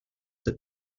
the